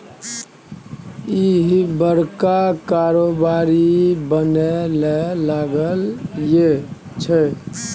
इह बड़का कारोबारी बनय लए चललै ये